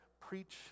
Preach